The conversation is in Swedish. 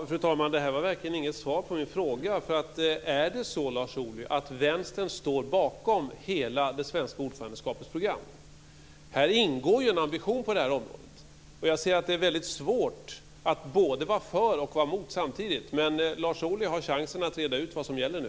Fru talman! Det här var verkligen inget svar på min fråga. Är det så, Lars Ohly, att Vänstern står bakom hela det svenska ordförandeskapets program? Här ingår ju en ambition på det här området. Som jag ser det är det väldigt svårt att vara både för och emot samtidigt. Men Lars Ohly har chansen att reda ut vad som gäller nu.